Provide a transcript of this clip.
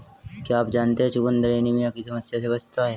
क्या आप जानते है चुकंदर एनीमिया की समस्या से बचाता है?